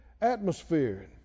atmosphere